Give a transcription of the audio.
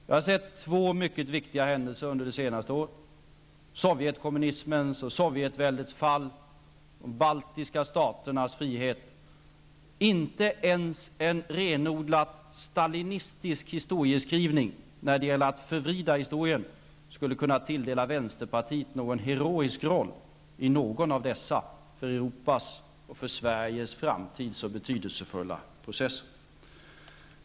Vi har sett två mycket viktiga händelser under det senaste året: Sovjetkommunismens och Inte ens en renodlat stalinistisk historieskrivning med dess förvridning av historien skulle kunna tilldela vänsterpartiet någon heroisk roll i någon av dessa för Europas och för Sveriges framtid så betydelsefulla processer.